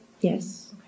Yes